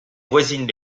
voisines